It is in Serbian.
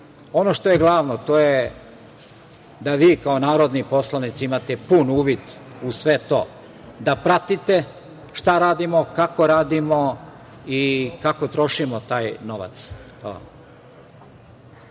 što je glavno, to je da vi kao narodni poslanici imate pun uvid u sve to, da pratite šta radimo, kako radimo i kako trošimo taj novac.